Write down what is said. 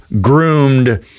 groomed